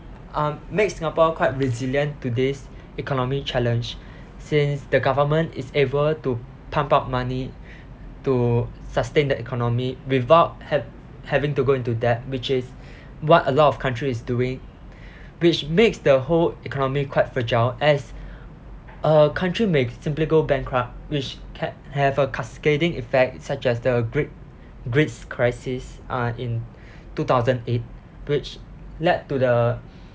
uh makes singapore quite resilient to this economy challenge since the government is able to pump up money to sustain the economy without have having to go into debt which is what a lot of countries is doing which makes the whole economy quite fragile as a country make simply go bankrupt which can have a cascading effect such as the greek greeks crisis uh in two thousand eight which led to the